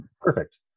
perfect